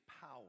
power